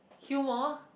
humour